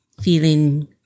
feeling